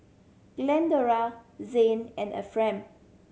Glendora Zayne and Efrem